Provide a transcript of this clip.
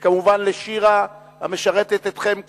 וכמובן שירה, המשרתת אתכם כאן,